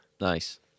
Nice